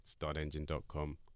StartEngine.com